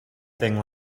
thing